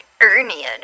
Ernie